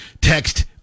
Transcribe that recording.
text